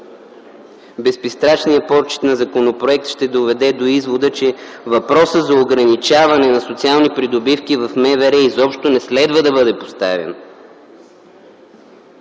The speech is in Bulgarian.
Безпристрастният прочит на законопроекта ще доведе до извода, че въпросът за ограничаване на социални придобивки в МВР изобщо не следва да бъде поставян!